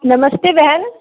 नमस्ते बहन